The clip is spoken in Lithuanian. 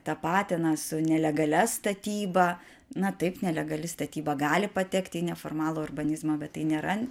tapatina su nelegalia statyba na taip nelegali statyba gali patekti į neformalų urbanizmą bet tai nėra